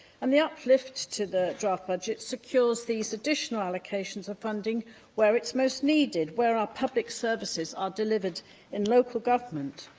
and the uplift to the draft budget secures these additional allocations of funding where they're most needed, where our public services are delivered in local government,